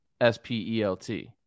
S-P-E-L-T